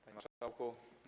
Panie Marszałku!